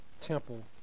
temple